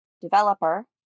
developer